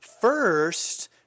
first